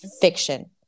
fiction